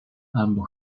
albo